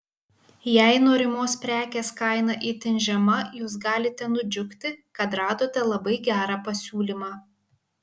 jei norimos prekės kaina itin žema jūs galite nudžiugti kad radote labai gerą pasiūlymą